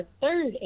third